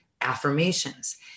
affirmations